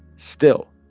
still,